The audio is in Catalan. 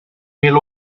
mil